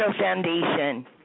Foundation